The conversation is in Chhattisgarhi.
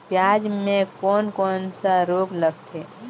पियाज मे कोन कोन सा रोग लगथे?